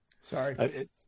Sorry